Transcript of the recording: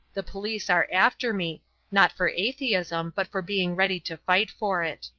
the police are after me not for atheism but for being ready to fight for it.